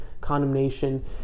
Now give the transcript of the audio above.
condemnation